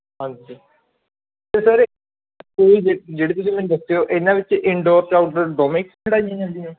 ਹਾਂਜੀ ਅਤੇ ਸਰ ਇਹ ਜੇ ਜਿਹੜੇ ਤੁਸੀਂ ਮੈਨੂੰ ਦੱਸੇ ਓ ਇਹਨਾਂ ਵਿੱਚ ਇਨਡੋਰ ਅਤੇ ਆਉਟਡੋਰ ਦੋਨੇ ਹੀ ਖਿਡਾਈਆਂ ਜਾਂਦੀਆ